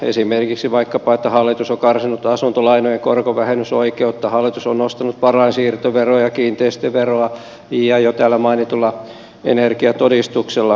esimerkiksi karsinut asuntolainojen korkovähennysoikeutta nostanut varainsiirtoveroa ja kiinteistöveroa ja jo täällä mainitulla energiatodistuksella